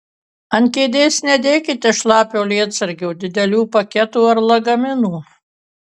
ant kėdės nedėkite šlapio lietsargio didelių paketų ar lagaminų